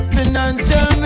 Financial